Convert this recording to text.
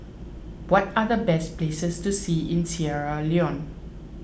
what are the best places to see in Sierra Leone